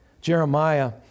Jeremiah